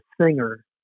singer